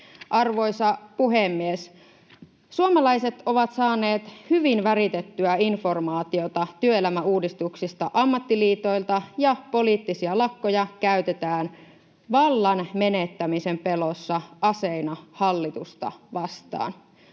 Arvoisa puhemies! Suomalaiset ovat saaneet hyvin väritettyä informaatiota työelämäuudistuksista ammattiliitoilta, ja poliittisia lakkoja käytetään vallan menettämisen pelossa aseina hallitusta vastaan